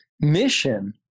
Mission